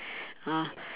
ah